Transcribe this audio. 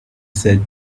said